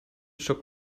shook